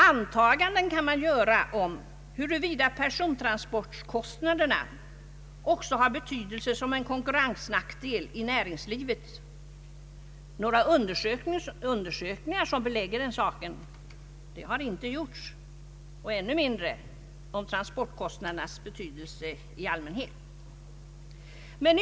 Antaganden kan man göra om huruvida persontransportkostnaderna också har betydelse som en konkurrensnackdel inom näringslivet. Några undersökningar som belägger den saken har inte gjorts och än mindre om transportkostnadernas betydelse i allmänhet.